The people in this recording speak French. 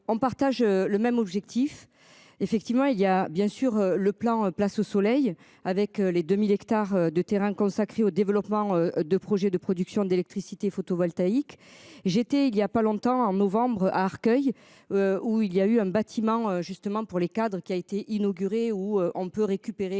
on partage le même objectif. Effectivement il y a bien sur le plan place au soleil, avec les 2000 hectares de terrain consacrés au développement de projets de production d'électricité photovoltaïque j'étais il y a pas longtemps en novembre à Arcueil. Où il y a eu un bâtiment justement pour les cadres qui a été inaugurée où on peut récupérer.